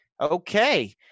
Okay